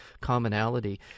commonality